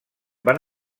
van